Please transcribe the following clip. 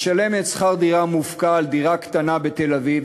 משלמת שכר דירה מופקע על דירה קטנה בתל-אביב,